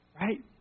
right